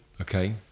Okay